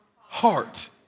heart